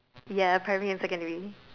ya primary and secondary